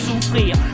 souffrir